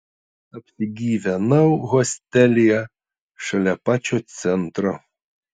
apsigyvenau hostelyje šalia pačio centro